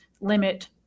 limit